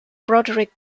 broderick